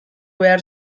behar